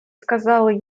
сказали